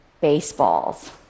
baseballs